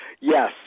yes